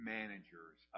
managers